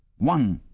one,